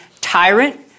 tyrant